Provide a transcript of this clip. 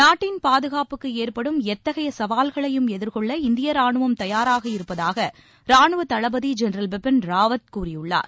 நாட்டின் பாதுகாப்புக்கு ஏற்படும் எத்தகைய சவால்களையும் எதிர்கொள்ள இந்திய ராணுவம் தயாராக இருப்பதாக ராணுவ தளபதி ஜென்ரல் பிபின் ராவத் கூறியுள்ளார்